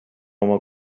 oma